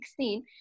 2016